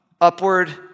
Upward